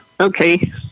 okay